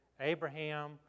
Abraham